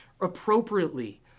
appropriately